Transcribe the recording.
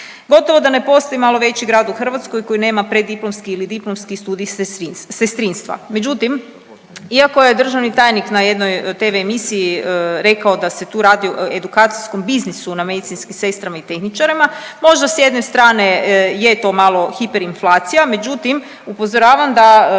Gotovo da ne postoji malo veći grad u Hrvatskoj koji nema preddiplomski ili diplomski studij sestrinstva, međutim, iako je državni tajnik na jednoj TV emisiji rekao da se tu radi o edukacijskom biznisu na medicinskim sestrama i tehničarima, možda s jedne strane je to malo hiperinflacija, međutim, upozoravam da